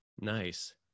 Nice